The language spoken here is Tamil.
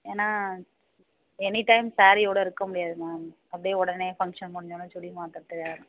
ஏன்னா எனி டைம் சாரியோடு இருக்க முடியாது மேம் அப்டேயே உடனே ஃபங்க்ஷன் முடிஞ்சோடனே சுடி மாத்துறத்து